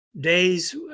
days